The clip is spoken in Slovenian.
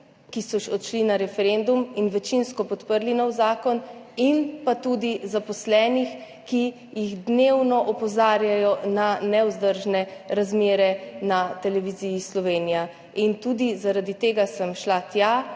ki so odšli na referendum in večinsko podprli nov zakon, in pa tudi zaposleni, ki dnevno opozarjajo na nevzdržne razmere na Televiziji Slovenija. In tudi zaradi tega sem šla tja,